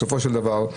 בסופו של דבר,